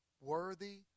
worthy